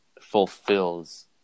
fulfills